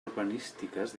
urbanístiques